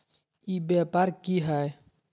ई व्यापार की हाय?